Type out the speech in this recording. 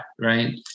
Right